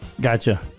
Gotcha